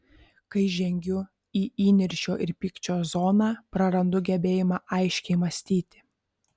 kai žengiu į įniršio ir pykčio zoną prarandu gebėjimą aiškiai mąstyti